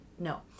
No